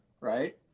right